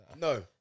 No